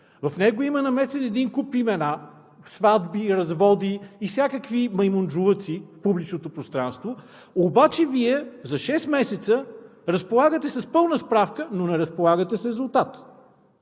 в него има намесени един куп имена – сватби, разводи и всякакви маймунджилъци в публичното пространство, обаче Вие за шест месеца разполагате с пълна справка, но не разполагате с резултат.